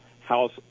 house